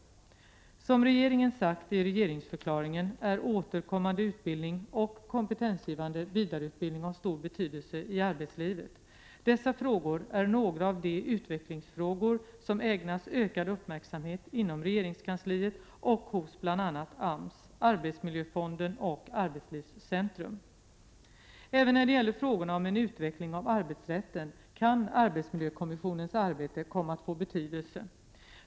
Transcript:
Som regeringen sagt i regeringsförklaringen är återkommande utbildning och kompetensgivande vidareutbildning av stor betydelse i arbetslivet. Dessa frågor är några av de utvecklingsfrågor som ägnas ökad uppmärksamhet inom regeringskansliet och hos bl.a. AMS, arbetsmiljöfonden och arbetslivscentrum. Även när det gäller frågorna om en utveckling av arbetsrätten kan arbetsmiljökommissionens arbete komma att få betydelse.